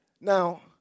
Now